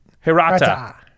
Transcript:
Hirata